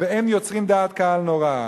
והם יוצרים דעת קהל נוראה.